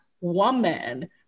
woman